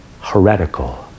heretical